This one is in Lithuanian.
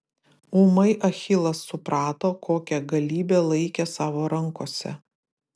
ūmai achilas suprato kokią galybę laikė savo rankose